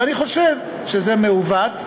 ואני חושב שזה מעוות,